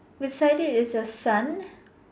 beside it is the sun